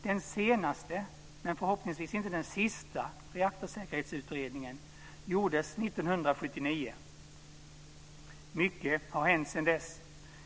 Den senaste men förhoppningsvis inte den sista reaktorsäkerhetsutredningen gjordes 1979. Mycket har hänt sedan dess.